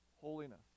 holiness